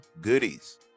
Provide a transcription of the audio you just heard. goodies